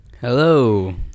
Hello